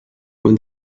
when